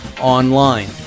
online